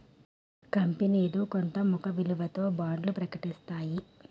కంపనీలు కొంత ముఖ విలువతో బాండ్లను ప్రకటిస్తాయి